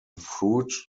fruit